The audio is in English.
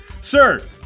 Sir